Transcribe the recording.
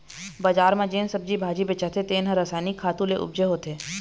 बजार म जेन सब्जी भाजी बेचाथे तेन ह रसायनिक खातू ले उपजे होथे